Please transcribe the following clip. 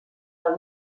del